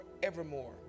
forevermore